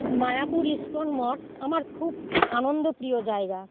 Mayapur ISKCON মঠ আমার খুব আনন্দপ্রিয় জায়গা